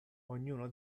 ognuno